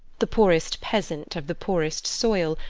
the poorest peasant of the poorest soil,